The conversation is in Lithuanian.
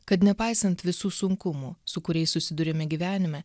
kad nepaisant visų sunkumų su kuriais susiduriame gyvenime